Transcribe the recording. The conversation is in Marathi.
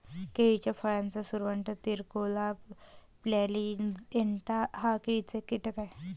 केळीच्या फळाचा सुरवंट, तिराकोला प्लॅजिएटा हा केळीचा कीटक आहे